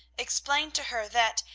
explained to her that,